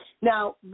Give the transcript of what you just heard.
Now